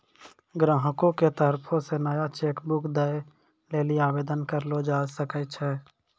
ग्राहको के तरफो से नया चेक बुक दै लेली आवेदन करलो जाय सकै छै